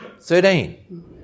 Thirteen